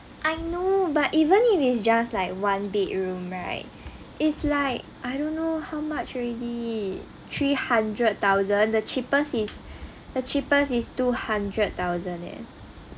I know but even if it's just like one bedroom right is like I don't know how much already three hundred thousand the cheapest is the cheapest is two hundred thousand eh